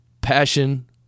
passion